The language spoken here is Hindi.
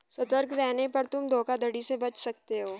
सतर्क रहने पर तुम धोखाधड़ी से बच सकते हो